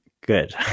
Good